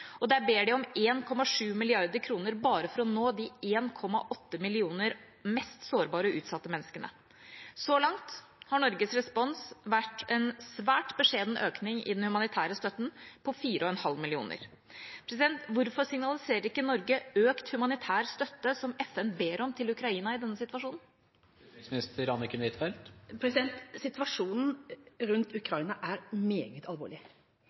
ber de om 1,7 mrd. kr bare for å nå de 1,8 millioner mest sårbare og utsatte menneskene. Så langt har Norges respons vært en svært beskjeden økning i den humanitære støtten på 4,5 mill. kr. Hvorfor signaliserer ikke Norge økt humanitær støtte som FN ber om til Ukraina i denne situasjonen? Situasjonen rundt Ukraina er meget alvorlig,